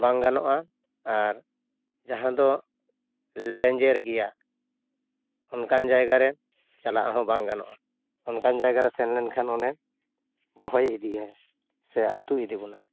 ᱵᱟᱝ ᱜᱟᱱᱯᱜᱼᱟ ᱟᱨ ᱡᱟᱦᱟᱸ ᱫᱚ ᱞᱮᱡᱮᱨ ᱜᱮᱭᱟ ᱚᱱᱠᱟᱱ ᱡᱟᱭᱜᱟ ᱨᱮ ᱪᱟᱞᱟᱜ ᱦᱚᱸ ᱵᱟᱝ ᱜᱟᱱᱚᱜᱼᱟ ᱚᱱᱠᱟᱱᱡᱟᱭᱜᱟ ᱨᱮ ᱥᱮᱱ ᱞᱮᱱᱠᱷᱟᱱ ᱚᱱᱮ ᱵᱚᱦᱚᱭ ᱤᱫᱤᱭᱟᱭ ᱥᱮ ᱟᱹᱛᱩ ᱤᱫᱤ ᱵᱚᱱᱟᱭ